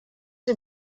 die